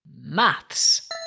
maths